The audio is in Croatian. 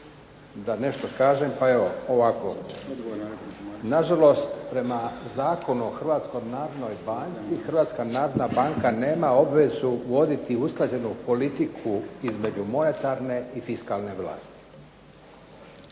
da nešto kažem. Na žalost prema Zakonu o Hrvatskoj narodnoj banci, Hrvatska narodna banka nema obvezu voditi usklađenu politiku između monetarne i fiskalne vlasti.